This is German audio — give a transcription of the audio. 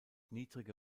niedrige